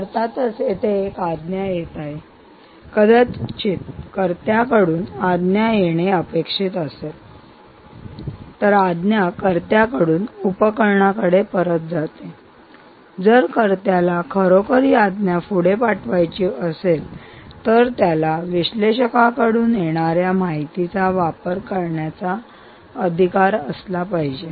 अर्थातच येथे आज्ञा येत आहे आणि कदाचित कर्त्याकडून आज्ञा येणे अपेक्षित आहे तर आज्ञा कर्त्याकडून उपकरणाकडे परत जाते आणि जर कर्त्याला खरोखर ही आज्ञा पुढे पाठवायची असेल तर त्याला विश्लेषकाकडून येणाऱ्या माहितीचा वापर करण्याचा अधिकार असला पाहिजे